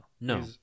No